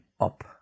up